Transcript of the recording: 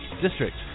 district